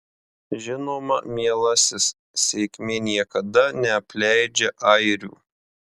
žinoma mielasis sėkmė niekada neapleidžia airių